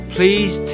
Please